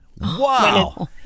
Wow